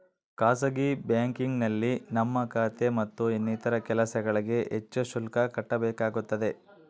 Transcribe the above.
ಖಾಸಗಿ ಬ್ಯಾಂಕಿಂಗ್ನಲ್ಲಿ ನಮ್ಮ ಖಾತೆ ಮತ್ತು ಇನ್ನಿತರ ಕೆಲಸಗಳಿಗೆ ಹೆಚ್ಚು ಶುಲ್ಕ ಕಟ್ಟಬೇಕಾಗುತ್ತದೆ